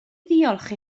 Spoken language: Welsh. ddiolch